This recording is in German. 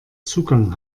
zugang